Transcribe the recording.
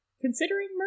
considering